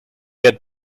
had